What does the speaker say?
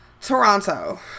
Toronto